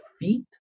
feet